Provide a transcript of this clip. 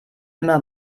immer